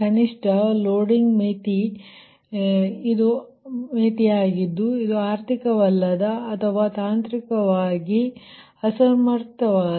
ಕನಿಷ್ಠ ಲೋಡಿಂಗ್ ಮಿತಿ ಇದು ಆರ್ಥಿಕವಲ್ಲದ ಅಥವಾ ತಾಂತ್ರಿಕವಾಗಿ ಅಸಮರ್ಥವಾದ